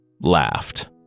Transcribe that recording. laughed